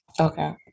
Okay